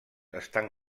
estan